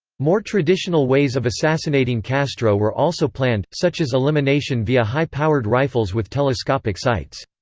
more traditional ways of assassinating castro were also planned, such as elimination via high-powered rifles with telescopic sights.